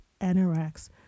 anorex